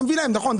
נכון,